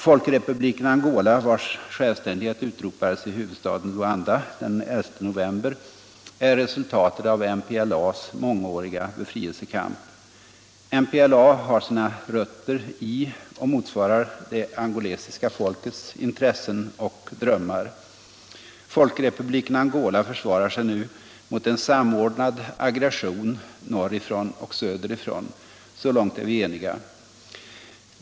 Folkrepubliken Angola, vars självständighet utropades i huvudstaden Luanda den 11 november, är resultatet av MPLA:s mångåriga befrielsekamp. MPLA har sina rötter i och motsvarar det angolesiska folkets intressen och drömmar. Folkrepubliken Angola försvarar sig nu mot en samordnad aggression norrifrån och söderifrån. Så långt är vi eniga.